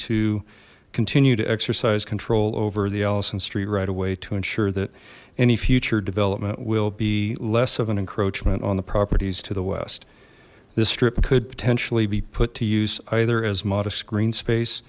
to continue to exercise control over the allyson street right away to ensure that any future development will be less of an encroachment on the properties to the west this strip could potentially be put to use either as modest green space